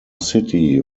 city